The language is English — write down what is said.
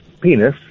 penis